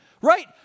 right